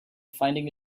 finding